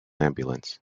ambulance